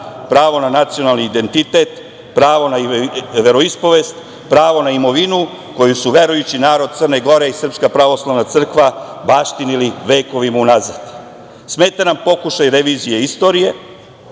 pravo na nacionalni identitet, pravo na veroispovest, pravo na imovinu koju su verujući narod Crne Gore i SPC baštinili vekovima unazad, smeta nam pokušaj revizije